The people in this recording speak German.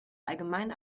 allgemein